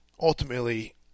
ultimately